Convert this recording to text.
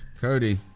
Cody